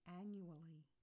annually